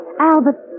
Albert